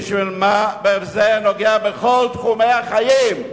זה נוגע לכל תחומי החיים,